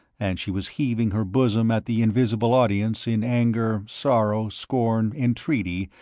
and she was heaving her bosom at the invisible audience in anger, sorrow, scorn, entreaty,